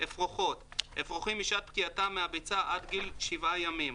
"אפרוחות" אפרוחים משעת בקיעתם מהביצה עד גיל שבעה ימים,